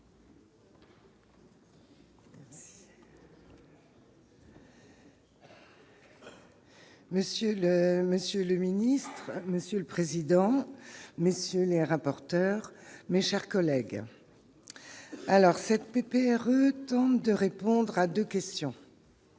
Monsieur le Ministre, Monsieur le Président, messieurs les rapporteurs, mes chers collègues, alors cette PPR tente de répondre à 2 questions.